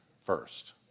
first